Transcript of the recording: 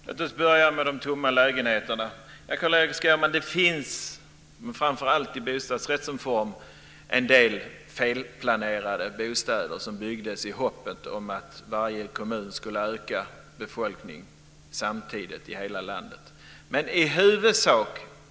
Fru talman! Låt oss börja med de tomma lägenheterna. Carl-Erik Skårman, det gjordes en del felplaneringar, framför allt när det gäller bostadsrätter, när bostäder byggdes i hopp om att varje kommun skulle öka befolkningen samtidigt i hela landet.